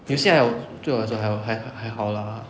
学校对我来说还还还好 lah